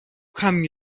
come